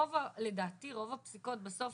לדעתי רוב הפסיקות בסוף,